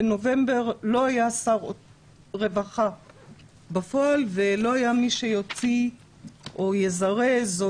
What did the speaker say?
בנובמבר לא היה שר רווחה בפועל ולא היה מי שיוציא או יזרז או